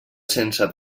sense